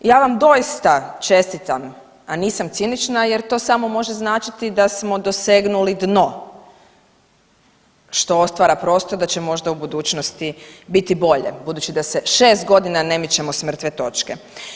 Ja vam doista čestitam, a nisam cinična jer to samo može značiti da smo dosegnuli dno što otvara prostor da će možda u budućnosti biti bolje budući da se šest godina ne mičemo s mrtve točke.